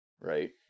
right